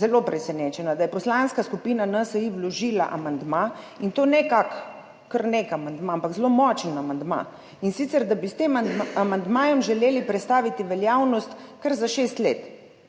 zelo presenečena, da je Poslanska skupina NSi vložila amandma, in to ne kar nek amandma, ampak zelo močen amandma, in sicer da bi s tem amandmajem želeli prestaviti veljavnost kar za 6 let.